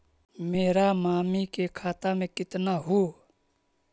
मेरा मामी के खाता में कितना हूउ?